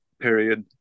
Period